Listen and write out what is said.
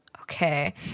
Okay